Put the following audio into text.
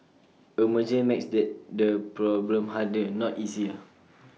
A merger makes that problem harder not easier